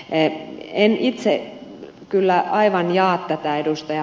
en itse kyllä aivan jaa tätä ed